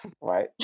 right